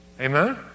Amen